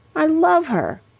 i love her.